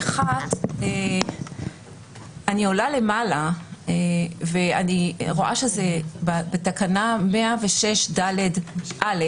אני עולה למעלה ואני רואה שבתקנה 106ד(א)